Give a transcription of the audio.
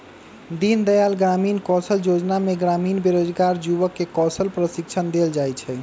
दीनदयाल ग्रामीण कौशल जोजना में ग्रामीण बेरोजगार जुबक के कौशल प्रशिक्षण देल जाइ छइ